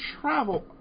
travel